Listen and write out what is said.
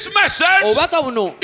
message